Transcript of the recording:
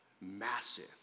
massive